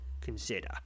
consider